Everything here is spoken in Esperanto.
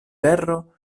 tero